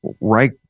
right